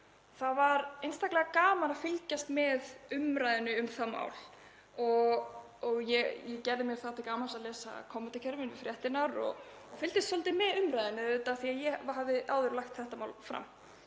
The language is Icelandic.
Það var einstaklega gaman að fylgjast með umræðunni um það mál og ég gerði mér það til gamans að lesa kommentakerfið við fréttirnar og fylgdist svolítið með umræðunni, auðvitað af því að ég hafði áður lagt þetta mál fram.